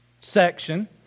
section